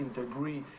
degree